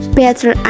better